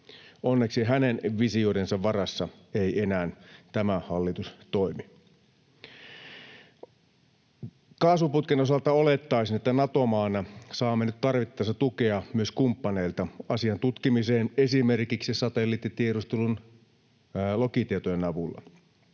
Onneksi hänen visioidensa varassa ei enää tämä hallitus toimi. Kaasuputken osalta olettaisin, että Nato-maana saamme nyt tarvittaessa tukea myös kumppaneilta asian tutkimiseen esimerkiksi satelliittitiedustelun lokitietojen avulla.